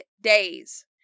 days